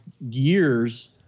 years